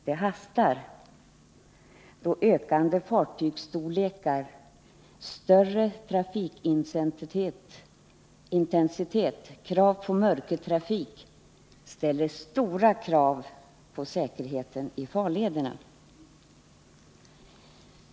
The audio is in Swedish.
Det hastar, då ökande fartygsstorlekar, större trafikintensitet och mörkertrafik ställer stora krav på säkerheten i farlederna.